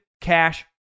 Cash